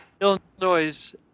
Illinois